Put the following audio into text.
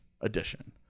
addition